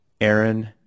Aaron